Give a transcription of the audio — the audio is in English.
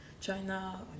China